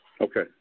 Okay